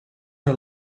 are